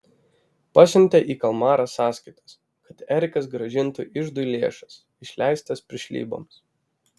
pasiuntė į kalmarą sąskaitas kad erikas grąžintų iždui lėšas išleistas piršlyboms